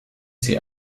sie